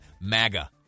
MAGA